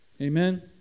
Amen